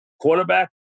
Quarterback